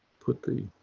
put the